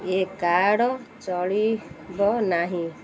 ଏ card ଚଳିବ ନାହିଁ